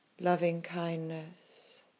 Loving-kindness